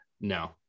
no